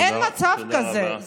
אין מצב כזה.